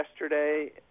yesterday